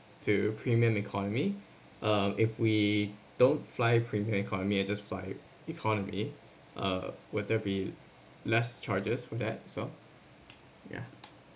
to premium economy uh if we don't fly premium economy I just fly economy uh would there be less charges for that as well ya